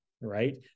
right